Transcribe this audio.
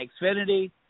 Xfinity